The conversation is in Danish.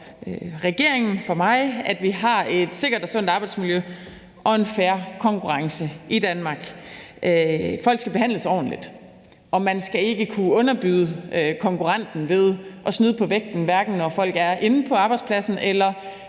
for mig, at vi har et sikkert og sundt arbejdsmiljø og en fair konkurrence i Danmark. Folk skal behandles ordentligt, og man skal ikke kunne underbyde konkurrenten ved at snyde på vægten, hverken når folk er inde på arbejdspladsen, eller